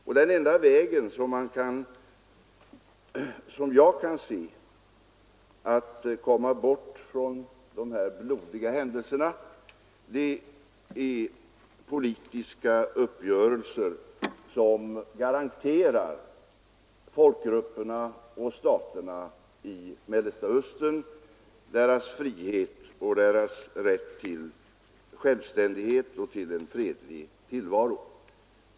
Och den enda väg jag kan se att komma bort från dessa blodiga händelser är politiska uppgörelser som garanterar folkgrupperna och staterna i Mellersta Östern deras frihet och rätt till självständighet och till en fredlig tillvaro.